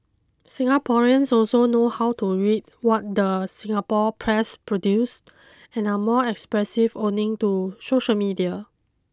Singaporeans also know how to read what the Singapore press produce and are more expressive owing to social media